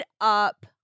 up